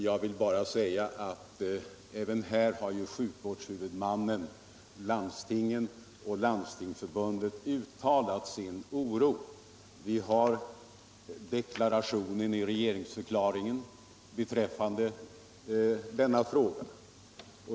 Jag vill bara säga att sjukvårdshuvudmannen, landstingen och Landstingsförbundet, även här uttalat sin oro. Vi har deklarationen i regeringsförklaringen beträffande denna fråga.